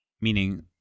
Meaning